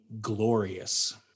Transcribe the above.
glorious